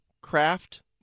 craft